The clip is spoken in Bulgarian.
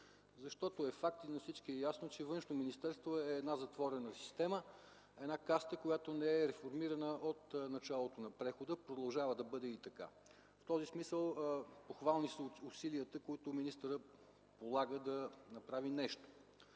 Факт е и на всички е ясно, че Външно министерство е една затворена система, една каста, която не е реформирана от началото на прехода – и продължава да бъде така. В този смисъл, са похвални усилията, които министърът полага да направи нещо.